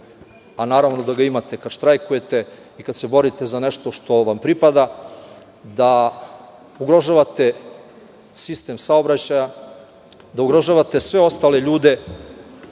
a naravno da ga imate kad štrajkujete i kad se borite za nešto što vam pripada da ugrožavate sistem saobraćaja, da ugrožavate sve ostale ljude